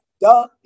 duh